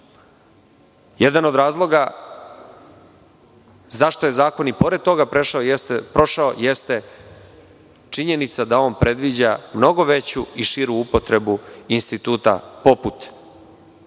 Jedan od razloga zašto je zakon i pored toga prošao, jeste činjenica da on predviđa mnogo veću i širu upotrebu instituta poput